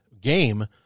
game